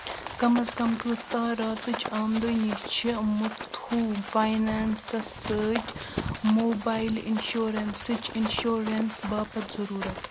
کم از کم کۭژاہ راتٕچ آمدٕنی چھِ مُٹھوٗ فایٔنانٛسس سۭتۍ موبایِل اِنشورَنٛسٕچ انشورنس باپتھ ضروٗرت